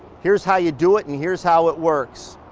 here's how you do it, and here's how it works.